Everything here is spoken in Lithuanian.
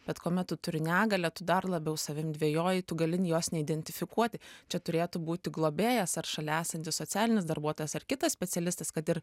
bet kuomet tu turi negalią tu dar labiau savim dvejoji tu gali jos neidentifikuoti čia turėtų būti globėjas ar šalia esantis socialinis darbuotojas ar kitas specialistas kad ir